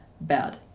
bad